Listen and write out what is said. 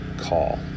call